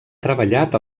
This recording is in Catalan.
treballat